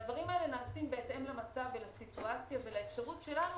הדברים האלה נעשים בהתאם למצב ולסיטואציה ולאפשרות שלנו